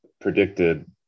predicted